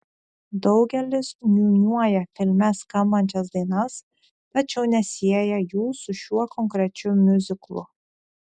daugelis niūniuoja filme skambančias dainas tačiau nesieja jų su šiuo konkrečiu miuziklu